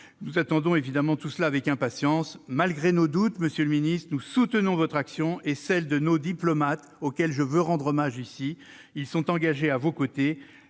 Nous attendons cela avec impatience. Malgré nos doutes, monsieur le ministre, nous soutenons votre action et celle de nos diplomates, auxquels je veux rendre hommage, engagés à vos côtés.